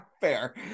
Fair